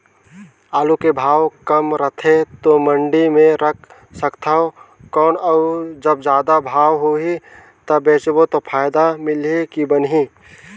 आलू के भाव कम रथे तो मंडी मे रख सकथव कौन अउ जब जादा भाव होही तब बेचबो तो फायदा मिलही की बनही?